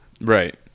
right